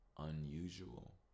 unusual